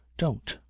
don't.